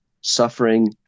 suffering